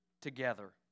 together